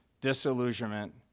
disillusionment